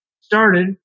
started